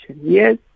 Yes